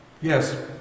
Yes